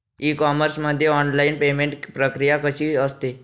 E commerce मध्ये online payment प्रक्रिया कशी असते?